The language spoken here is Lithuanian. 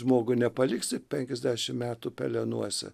žmogų nepaliksi penkiasdešim metų pelenuose